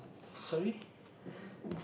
sorry